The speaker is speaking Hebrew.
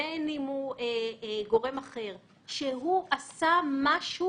בין אם הוא גורם אחר - שהוא עשה משהו